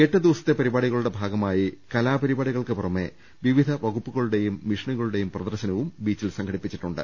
എട്ടു ദിവസത്തെ പരിപാ ടികളുടെ ഭാഗമായി കലാപരിപാടികൾക്കു പുറമെ വിവിധ വകുപ്പു കളുടെയും മിഷനുകളുടെയും പ്രദർശനവും ബീച്ചിൽ സംഘടിപ്പി ച്ചിട്ടുണ്ട്